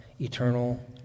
eternal